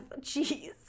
jeez